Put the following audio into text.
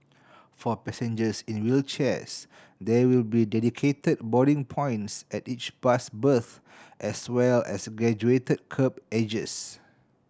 for passengers in wheelchairs there will be dedicated boarding points at each bus berth as well as graduated kerb edges